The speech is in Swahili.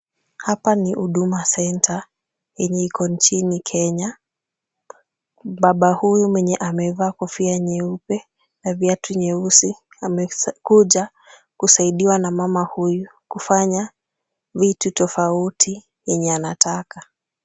Hapa ni Huduma Centre yenye iko nchini Kenya. Baba huyu mwenye amevaa kofia nyeupe na viatu nyeusi amekuja kusaidiwa na mama huyu kufanya vitu tofauti yenye anataka.